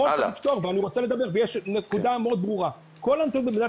יש נקודה מאוד ברורה: כל האנטנות במדינת